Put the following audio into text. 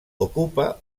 ocupa